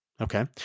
Okay